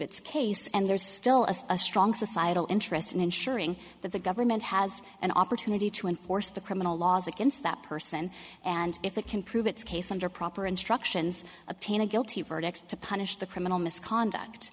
its case and there still is a strong societal interest in ensuring that the government has an opportunity to enforce the criminal laws against that person and if it can prove its case under proper instructions obtain a guilty verdict to punish the criminal misconduct